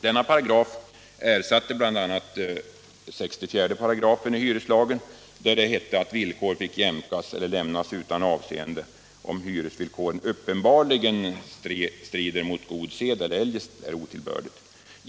Denna paragraf ersatte bl.a. 64 § hyreslagen där det hette att villkor fick jämkas eller lämnas utan avseende om hyresvillkoren uppenbarligen stred mot god sed eller eljest var otillbörliga.